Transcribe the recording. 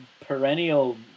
perennial